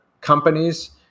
companies